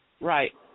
Right